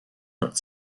not